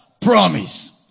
Promise